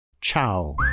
Ciao